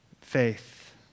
faith